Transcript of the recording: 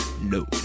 No